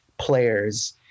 players